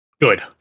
Good